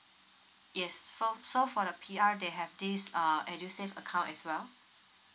yes for so for the P_R they have this uh edusave account as well